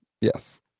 yes